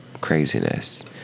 craziness